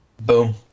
Boom